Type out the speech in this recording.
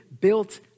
built